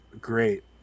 great